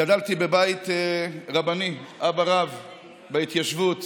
גדלתי בבית רבני בהתיישבות.